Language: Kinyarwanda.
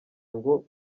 ngo